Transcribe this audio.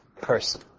person